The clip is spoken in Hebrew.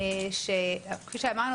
שכפי שאמרנו,